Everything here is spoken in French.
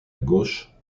gauche